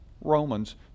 Romans